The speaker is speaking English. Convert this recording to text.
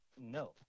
No